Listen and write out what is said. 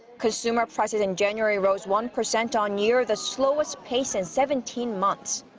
consumer prices in january rose one percent on-year, the slowest pace in seventeen months.